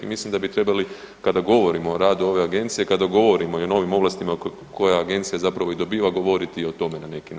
I mislim da bi trebali kada govorimo o radu ove agencije, kada govorimo i o novim ovlastima koje agencija zapravo i dobiva govoriti i o tome na neki način.